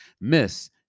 Miss